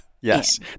Yes